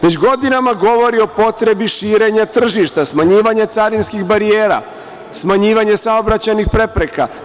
Već godinama govori o potrebi širenja tržišta, smanjivanje carinskih barijera, smanjivanje saobraćajnih prepreka.